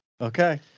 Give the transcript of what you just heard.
Okay